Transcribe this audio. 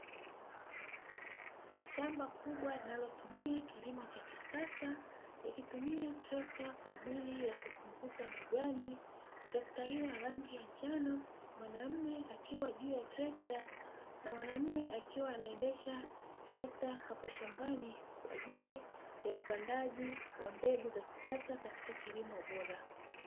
Shamba kubwa linalotumia kilimo cha kisasa nikitumia trekta kwa ajili ya kupunguza majani, tekta hiyo rangi ya njano mwanamume akiwa juu ya trekta, na mwanamume akiwa anaendesha trekta hapo shambani kwa ajili ya upandaji wa mbegu za kisasa katika kilimo bora.